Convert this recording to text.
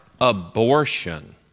abortion